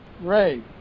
Ray